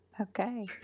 Okay